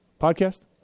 podcast